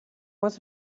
was